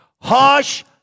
Hush